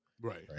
right